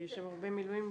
יש שם הרבה מילואימניקים.